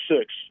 six